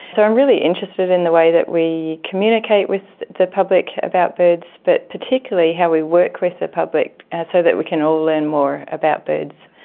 so i'm really interested in the way that we communicate with the public about birds, but particularly how we work with the public and so that we can all learn more about birds,